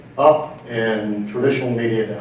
up, and traditional media,